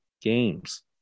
games